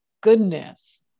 goodness